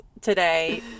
today